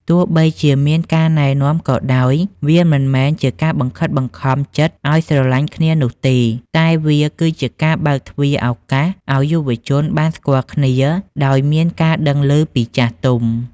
ទោះបីជាមានការណែនាំក៏ដោយ វាមិនមែនជាការបង្ខិតបង្ខំចិត្តឱ្យស្រឡាញ់គ្នានោះទេ តែវាគឺជាការបើកទ្វារឱកាសឱ្យយុវវ័យបានស្គាល់គ្នាដោយមានការដឹងឮពីចាស់ទុំ។